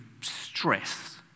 stress